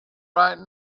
right